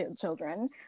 children